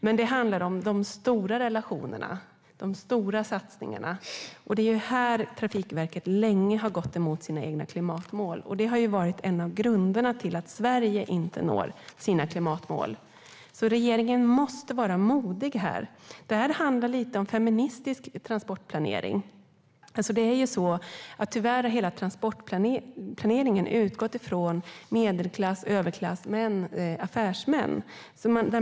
Men det handlar om de stora relationerna - de stora satsningarna. Det är här Trafikverket länge har gått emot sina egna klimatmål, och det har varit en av grunderna i att Sverige inte når sina klimatmål. Regeringen måste därför vara modig här. Detta handlar lite om feministisk transportplanering. Det är ju så att hela transportplaneringen tyvärr har utgått från medelklass, överklass och affärsmän.